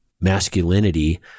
masculinity